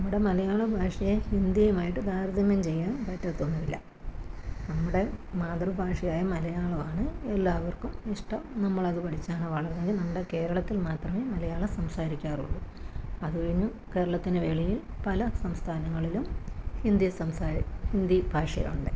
നമ്മുടെ മലയാളഭാഷയെ ഹിന്ദിയുമായിട്ട് താരതമ്യം ചെയ്യാൻ പാറ്റത്തൊന്നുമില്ല നമ്മുടെ മാതൃഭാഷയായ മലയാളമാണ് എല്ലാവർക്കും ഇഷ്ടം നമ്മളത് പഠിച്ചാണ് വളർന്നത് നമ്മുടെ കേരളത്തിൽ മാത്രമേ മലയാളം സംസാരിക്കാറുള്ളു അത് കഴിഞ്ഞ് കേരളത്തിന് വെളിയിൽ പല സംസ്ഥനങ്ങളിലും ഹിന്ദി സംസാരി ഹിന്ദി ഭാഷയുണ്ട്